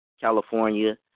California